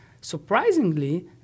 Surprisingly